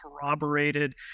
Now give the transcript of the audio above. corroborated